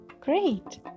Great